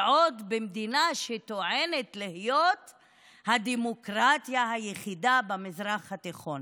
ועוד במדינה שטוענת להיות הדמוקרטיה היחידה במזרח התיכון.